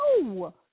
No